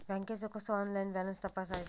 बँकेचो कसो online balance तपासायचो?